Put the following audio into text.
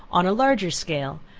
on a larger scale.